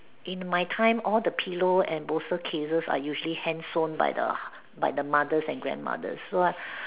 in my time all the pillow and bolster cases are usually hand sewn by the by the mothers and grandmothers so I